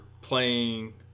playing